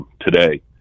today